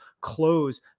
close